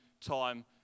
time